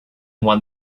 one